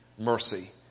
Mercy